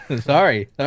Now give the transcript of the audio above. Sorry